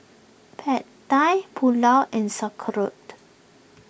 Pad Thai Pulao and Sauerkraut